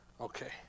Okay